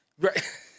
Right